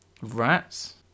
rats